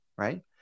Right